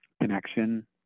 connection